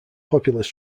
populous